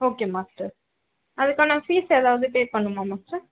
okay master அதுக்கான fees ஏதாவது pay பண்ணணுமா மாஸ்டர்